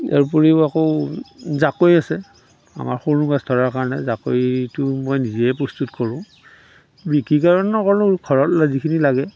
ইয়াৰ উপৰিও আকৌ জাকৈ আছে আমাৰ সৰু মাছ ধৰাৰ কাৰণে জাকৈ এইটো মই নিজেই প্ৰস্তুত কৰোঁ বিক্ৰীৰ কাৰণেও কৰোঁ ঘৰলৈ যিখিনি লাগে